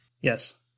yes